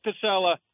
casella